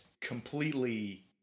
completely